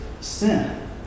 sin